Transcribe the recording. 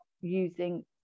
using